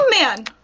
man